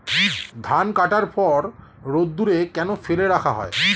ধান কাটার পর রোদ্দুরে কেন ফেলে রাখা হয়?